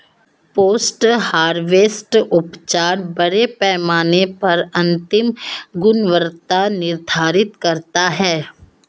post harvest उपचार बड़े पैमाने पर अंतिम गुणवत्ता निर्धारित करता है